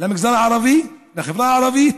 למגזר הערבי, לחברה הערבית,